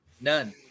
None